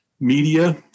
media